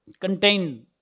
contain